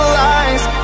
lies